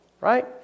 Right